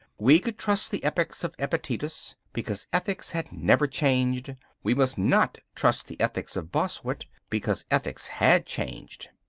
we could trust the ethics of epictetus, because ethics had never changed. we must not trust the ethics of bossuet, because ethics had changed.